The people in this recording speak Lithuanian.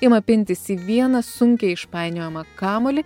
ima pintis į vieną sunkiai išpainiojamą kamuolį